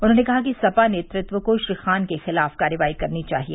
उन्होंने कहा कि सपा नेतृत्व को श्री खान के खिलाफ कार्रवाई करनी चाहिए